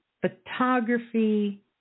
photography